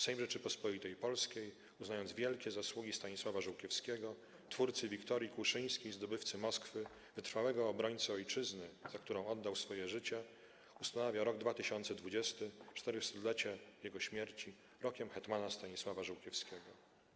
Sejm Rzeczypospolitej Polskiej, uznając wielkie zasługi Stanisława Żółkiewskiego, twórcy wiktorii kłuszyńskiej i zdobywcy Moskwy, wytrwałego obrońcy Ojczyzny, za którą oddał swoje życie, ustanawia rok 2020 w 400-lecie Jego śmierci Rokiem Hetmana Stanisława Żółkiewskiego”